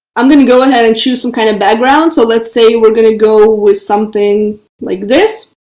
i'm going to go ahead and choose some kind of background. so let's say we're going to go with something like this.